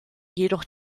jedoch